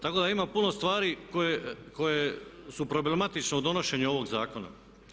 Tako da ima puno stvari koje su problematične u donošenju ovog zakona.